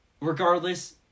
Regardless